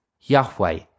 Yahweh